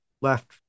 left